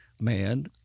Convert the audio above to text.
man